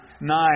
nine